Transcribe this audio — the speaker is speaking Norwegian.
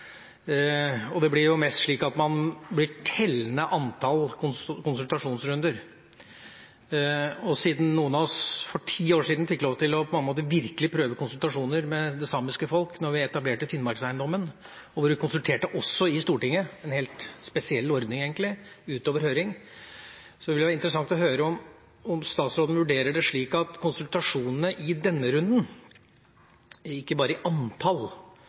og det blir jo mest slik at man teller antall konsultasjonsrunder. Siden noen av oss for ti år siden fikk lov til virkelig å prøve konsultasjoner med det samiske folk da vi etablerte Finnmarkseiendommen – vi konsulterte også i Stortinget, en helt spesiell ordning egentlig, utover høring – ville det være interessant å høre om statsråden vurderer det slik at konsultasjonene i denne runden ikke bare i antall,